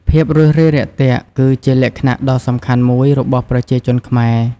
ភាពរួសរាយរាក់ទាក់គឺជាលក្ខណៈដ៏សំខាន់មួយរបស់ប្រជាជនខ្មែរ។